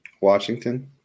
Washington